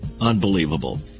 unbelievable